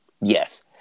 Yes